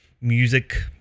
music